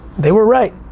they were right,